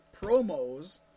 promos